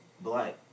black